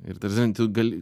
ir tada tu gal